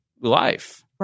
life